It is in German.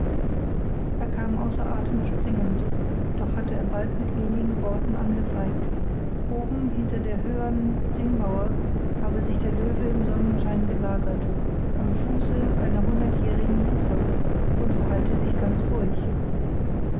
er kam außer atem springend doch hatte er bald mit wenigen worten angezeigt oben hinter der höhern ringmauer habe sich der löwe im sonnenschein gelagert am fuße einer hundertjährigen buche und verhalte sich ganz ruhig